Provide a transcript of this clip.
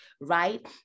Right